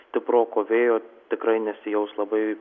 stiproko vėjo tikrai nesijaus labai